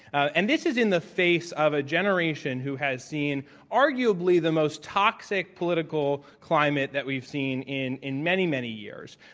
and this is in the face of a generation who has seen arguably the most toxic political climate that we've seen in in many, many years,